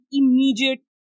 immediate